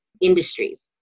industries